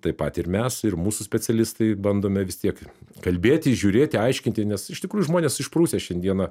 taip pat ir mes ir mūsų specialistai bandome vis tiek kalbėtis žiūrėti aiškinti nes iš tikrųjų žmonės išprusę šiandieną